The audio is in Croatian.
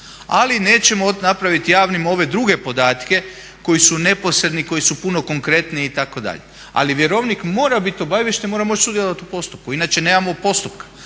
Ali nećemo napraviti javnim ove druge podatke koji su neposredni, koji su puno konkretniji itd. Ali vjerovnik mora biti obaviješten i mora moći sudjelovati u postupku inače nemamo postupka.